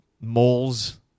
moles